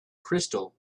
crystal